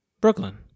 Brooklyn